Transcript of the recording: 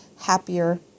happier